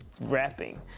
rapping